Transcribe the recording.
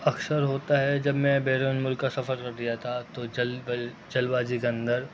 اکثر ہوتا ہے جب میں بیرون ملک کا سفر کر رہا تھا تو جلد بازی کے اندر